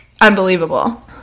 unbelievable